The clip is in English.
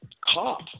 cop